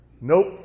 Nope